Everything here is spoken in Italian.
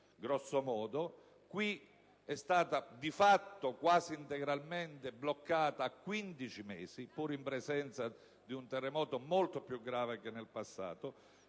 questo caso è stata di fatto quasi integralmente bloccata a 15 mesi, pur in presenza di un terremoto molto più grave degli altri.